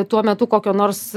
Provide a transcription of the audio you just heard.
tuo metu kokio nors